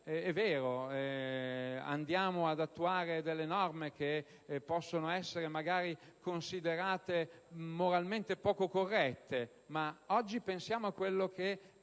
è vero che andiamo ad attuare delle norme che possono essere magari considerate moralmente poco corrette, ma oggi pensiamo a quello che